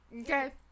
okay